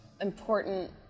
important